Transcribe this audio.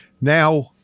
Now